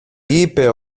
είπε